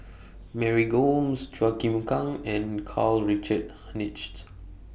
Mary Gomes Chua Chim Kang and Karl Richard Hanitsch